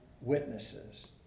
witnesses